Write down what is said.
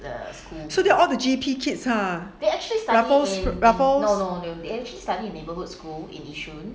so they're all the G_P kids ah raffles raffles